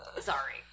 Sorry